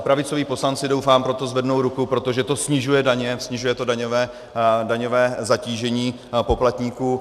Pravicoví poslanci, doufám, pro to zvednou ruku, protože to snižuje daně, snižuje to daňové zatížení poplatníků.